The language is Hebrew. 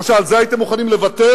או שעל זה הייתם מוכנים לוותר?